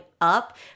up